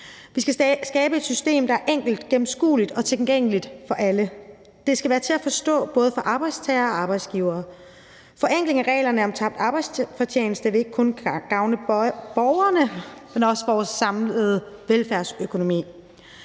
Vi skal skabe et system, der er enkelt, gennemskueligt og tilgængeligt for alle. Det skal være til at forstå for både arbejdstagere og arbejdsgivere. En forenkling af reglerne om tabt arbejdsfortjeneste vil ikke kun gavne borgerne, men også vores samlede velfærdsøkonomi.